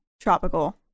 tropical